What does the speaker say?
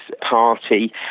party